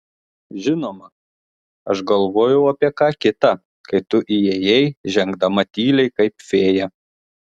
žinoma aš galvojau apie ką kita kai tu įėjai žengdama tyliai kaip fėja